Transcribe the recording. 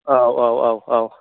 औ औ औ औ